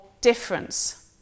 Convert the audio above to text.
difference